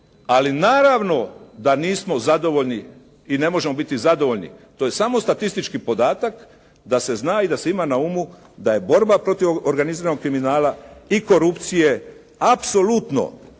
ali naravno da nismo zadovoljni i ne možemo biti zadovoljni. To je samo statistički podatak, da se zna i da se ima na umu da je borba protiv organiziranog kriminala i korupcije apsolutno borba